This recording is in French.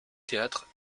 théâtre